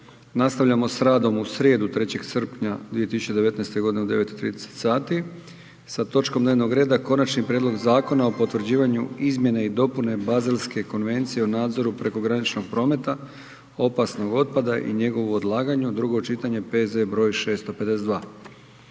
nastavljamo sa radom u srijedu 3. srpnja 2019. godine u 9,30h sa točkom dnevnog reda Konačni prijedlog zakona o potvrđivanju Izmjene i dopune Baselske konvencije o nadzoru prekograničkog prometa, opasnog otpada i njegovu odlaganju, drugo čitanje, P.Z. br. 652.